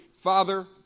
father